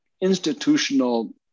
institutional